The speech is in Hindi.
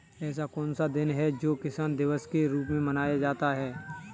ऐसा कौन सा दिन है जो किसान दिवस के रूप में मनाया जाता है?